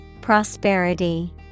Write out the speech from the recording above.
Prosperity